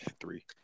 Three